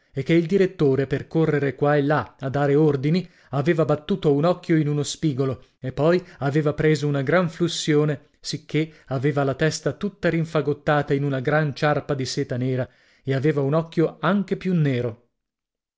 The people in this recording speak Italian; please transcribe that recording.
e che il direttore per correre qua e là a dare ordini aveva battuto un occhio in uno spigolo e poi aveva preso una gran flussione sicché aveva la testa tutta rinfagottata in una gran ciarpa di seta nera e aveva un occhio anche più nero